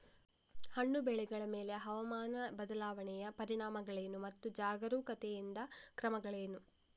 ಹಣ್ಣು ಬೆಳೆಗಳ ಮೇಲೆ ಹವಾಮಾನ ಬದಲಾವಣೆಯ ಪರಿಣಾಮಗಳೇನು ಮತ್ತು ಜಾಗರೂಕತೆಯಿಂದ ಕ್ರಮಗಳೇನು?